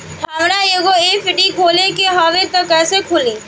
हमरा एगो एफ.डी खोले के हवे त कैसे खुली?